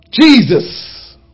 Jesus